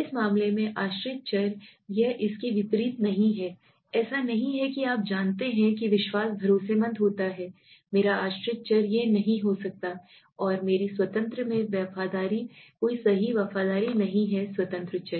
इस मामले में आश्रित चर यह इसके विपरीत नहीं है ऐसा नहीं है कि आप जानते हैं कि विश्वास भरोसेमंद होता है मेरा आश्रित चर यह नहीं हो सकता है और मेरी स्वतंत्र में वफादारी कोई सही वफादारी नहीं है स्वतंत्र चर